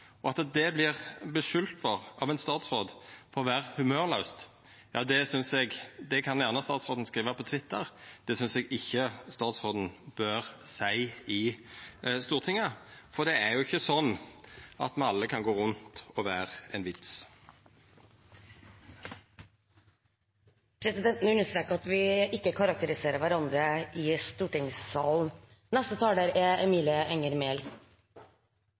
At det vert skulda av ein statsråd for å vera humørlaust, kan gjerne statsråden skriva på Twitter, men det synest eg ikkje statsråden bør seia i Stortinget. Det er ikkje sånn at me alle kan gå rundt og vera ein vits. Presidenten vil understreke at vi ikke karakteriserer hverandre i stortingssalen. Det er